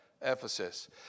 Ephesus